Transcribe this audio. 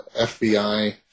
FBI